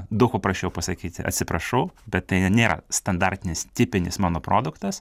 daug paprasčiau pasakyti atsiprašau bet tai nėra standartinis tipinis mano produktas